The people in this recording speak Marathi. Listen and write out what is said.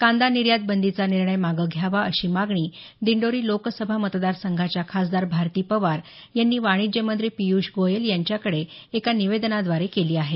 कांदा निर्यात बंदीचा निर्णय मागं घ्यावा अशी मागणी दिंडोरी लोकसभा मतदारसंघाच्या खासदार भारती पवार यांनी वाणिज्य मंत्री पिय़ष गोयल यांच्याकडे एका निवेदनाद्वारे केली आहे